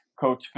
Coach